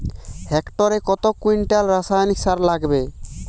হেক্টরে কত কুইন্টাল রাসায়নিক সার লাগবে?